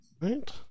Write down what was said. right